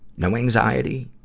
no anxiety,